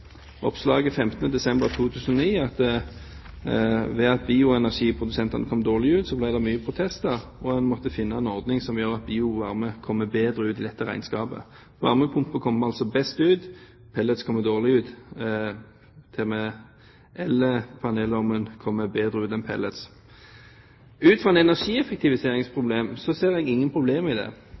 oppslaget 15. desember 2009. Ved at bioenergiprodusentene kom dårlig ut, ble det mye protester, og en måtte finne en ordning som gjør at biovarme kommer bedre ut i dette regnskapet. Varmepumper kommer best ut, pellets kommer dårlig ut, til og med elpanelovnen kommer bedre ut enn pellets. Ut fra et energieffektiviseringsproblem ser jeg ingen problemer i det.